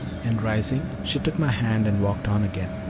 and rising, she took my hand and walked on again.